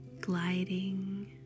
gliding